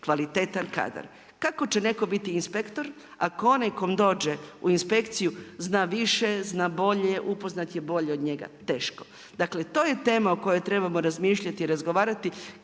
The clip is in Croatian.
kvalitetan kadar. Kako će netko biti inspektor ako onaj kom dođe u inspekciju zna više, zna bolje, upoznat je bolje od njega. Teško. Dakle, to je tema o kojoj trebamo razmišljati i razgovarati